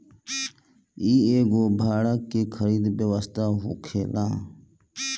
इ एगो भाड़ा के खरीद व्यवस्था होखेला